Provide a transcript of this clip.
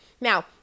Now